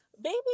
baby